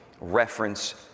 reference